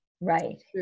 Right